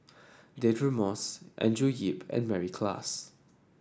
Deirdre Moss Andrew Yip and Mary Klass